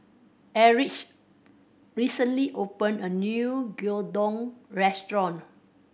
Erich recently opened a new Gyudon Restaurant